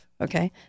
Okay